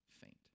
faint